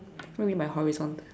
what do you mean by horizontal